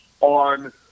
on